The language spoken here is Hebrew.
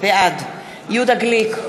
בעד יהודה גליק,